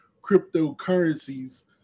cryptocurrencies